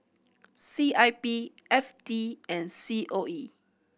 C I P F T and C O E